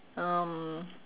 um